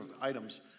items